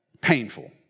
Painful